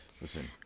Listen